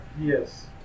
Yes